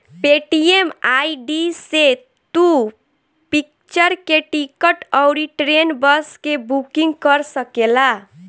Paytm ID से तू picture के टिकट अउरी ट्रेन, बस के बुकिंग कर सकेला